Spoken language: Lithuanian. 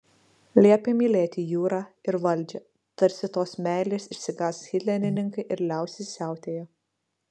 liepė mylėti jūrą ir valdžią tarsi tos meilės išsigąs hitlerininkai ir liausis siautėję